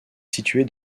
située